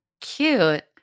Cute